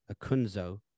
Akunzo